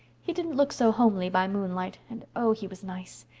he didn't look so homely by moonlight and oh, he was nice.